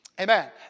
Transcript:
Amen